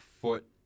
foot